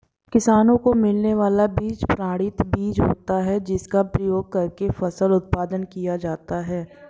किसानों को मिलने वाला बीज प्रमाणित बीज होता है जिसका प्रयोग करके फसल उत्पादन किया जाता है